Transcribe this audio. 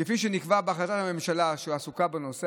כפי שנקבע בהחלטת הממשלה שעסקה בנושא,